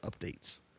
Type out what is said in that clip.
updates